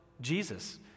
Jesus